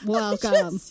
welcome